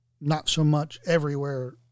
not-so-much-everywhere